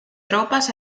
tropas